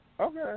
Okay